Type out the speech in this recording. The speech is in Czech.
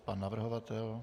Pan navrhovatel.